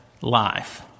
life